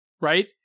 right